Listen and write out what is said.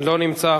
לא נמצא,